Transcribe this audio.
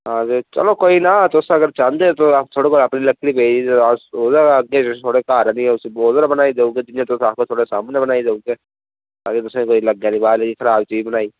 आं ते चलो कोई ना तुस अगर चाह्दे ओ ते तुआड़े कोल अपनी लकड़ी पेदी होंदी अस तुंदे घार आन्निये उसी गोल तारा बनाई देगे जियां तुस आक्खो सामनै बनाई देगे अगर तुसेंगी कोई लगै नीं कि खराब चीज बनाई